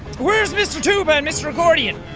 where's mr. tube and mr. accordion?